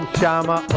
Shama